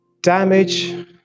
damage